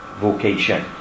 vocation